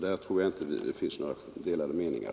Där tror jag alltså inte att det finns några delade meningar